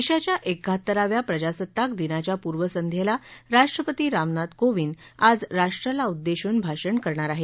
देशाच्या एकाहत्तराव्या प्रजासत्ताक दिनाच्या पूर्वसंध्येला राष्ट्रपती रामनाथ कोविंद आज राष्ट्राला उद्देशून भाषण करणार आहेत